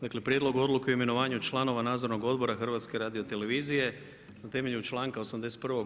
Dakle Prijedlog odluke o imenovanju članova Nadzornog odbora HRT-a na temelju članka 81.